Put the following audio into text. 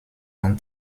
ans